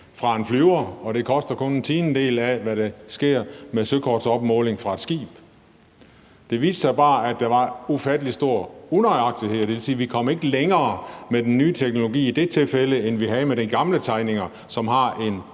fra en flyver, og det koster kun en tiendedel af, hvad det koster med søkortopmåling fra et skib. Det viste sig bare, at der var ufattelig store unøjagtigheder. Det vil sige, at vi ikke kom længere med den nye teknologi i det tilfælde, end vi gjorde med de gamle tegninger, som har en